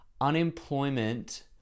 unemployment